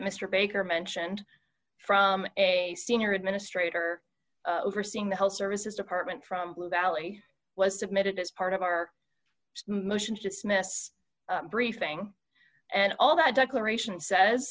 mr baker mentioned from a senior administrator overseeing the health services department from blue valley was submitted as part of our motion to dismiss briefing and all that declaration says